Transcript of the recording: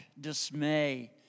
dismay